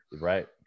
Right